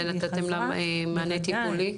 ונתתם לה מענה טיפולי?